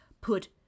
put